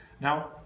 Now